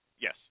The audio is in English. Yes